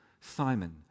Simon